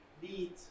beat